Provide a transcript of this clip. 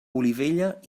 olivella